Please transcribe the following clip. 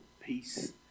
peace